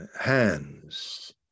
hands